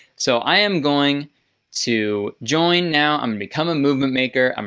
so i am going to join now. i'm gonna become a movement maker. um